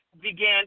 began